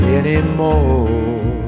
anymore